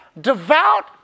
Devout